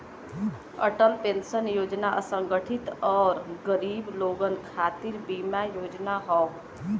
Atal pension योजना असंगठित आउर गरीब लोगन खातिर बीमा योजना हौ